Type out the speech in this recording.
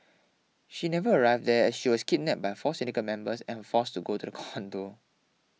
she never arrived there she was kidnapped by four syndicate members and forced to go to the condo